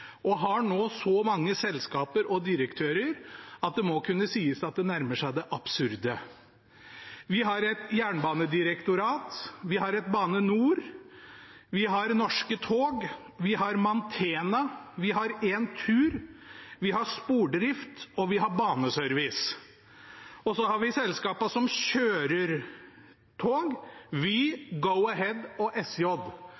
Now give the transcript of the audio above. og har nå så mange selskaper og direktører at det må kunne sies at det nærmer seg det absurde. Vi har et jernbanedirektorat, vi har Bane NOR, vi har Norske tog, vi har Mantena, vi har Entur, vi har Spordrift, og vi har Baneservice. Så har vi selskapene som kjører tog: